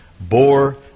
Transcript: bore